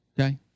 Okay